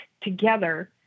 together